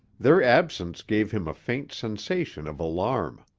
their absence gave him a faint sensation of alarm.